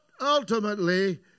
ultimately